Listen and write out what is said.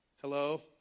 Hello